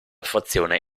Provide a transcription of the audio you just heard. frazione